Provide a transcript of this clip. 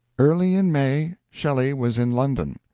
early in may, shelley was in london.